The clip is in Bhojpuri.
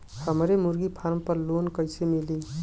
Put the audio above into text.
हमरे मुर्गी फार्म पर लोन कइसे मिली?